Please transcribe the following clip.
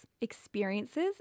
experiences